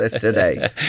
today